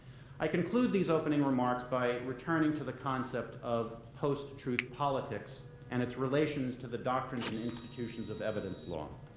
i conclude these opening remarks by returning to the concept of post-truth politics and its relations to the doctrines and institutions of evidence law.